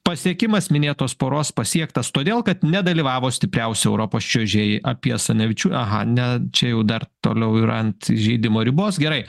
pasiekimas minėtos poros pasiektas todėl kad nedalyvavo stipriausi europos čiuožėjai apie asanavičių aha ne čia jau dar toliau ir ant įžeidimo ribos gerai